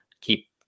keep